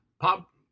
pop